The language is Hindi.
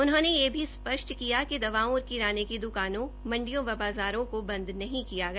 उन्होंने ये भी स्पष्ट किया कि दवाओं और किराने की द्वकानों मंडियों व बाज़ारों को बंद नहीं किया गया